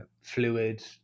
fluid